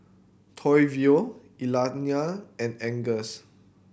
Toivo Iliana and Angus